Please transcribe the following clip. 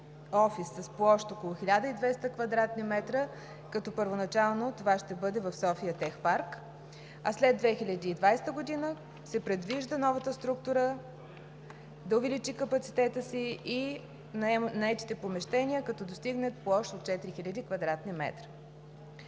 с площ около 1200 кв. м., като първоначално това ще бъде в София Тех Парк, а след 2020 г. се предвижда новата структура да увеличи капацитета си и наетите помещения, като достигне площ от 4000 кв. м.